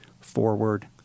forward